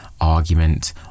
argument